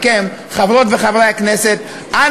חבר הכנסת יוסי יונה, משפט סיכום.